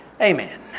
Amen